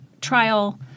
trial